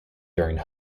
during